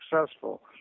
successful